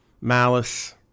malice